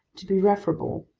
to be referable,